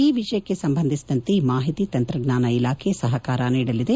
ಈ ವಿಷಯಕ್ಷೆ ಸಂಬಂಧಿಸಿದಂತೆ ಮಾಹಿತಿ ತಂತ್ರಜ್ಞಾನ ಇಲಾಖೆ ಸಹಕಾರ ನೀಡಲಿದೆ